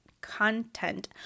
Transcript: content